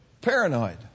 Paranoid